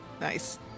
Nice